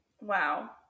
Wow